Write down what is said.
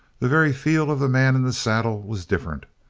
the very feel of the man in the saddle was different,